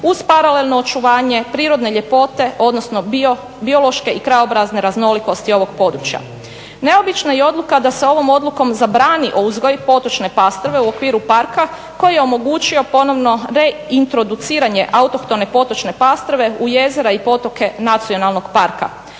uz paralelno očuvanje prirodne ljepote odnosno biološke i krajobrazne raznolikosti ovog područja. Neobična je odluka da se ovom odlukom zabrani uzgoj potočne pastrve u okviru parka koji je omogućio ponovno reintroduciranje autohtone potočne pastrve u jezera i potoke nacionalnog parka.